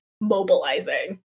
mobilizing